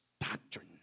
Doctrine